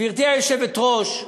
גברתי היושבת-ראש,